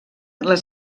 les